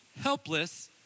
helpless